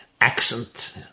accent